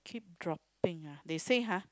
keep dropping ah they say !huh!